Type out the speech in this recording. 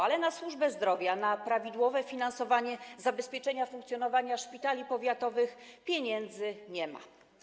Ale na służbę zdrowia, na prawidłowe finansowanie zabezpieczenia funkcjonowania szpitali powiatowych pieniędzy nie ma.